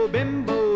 Bimbo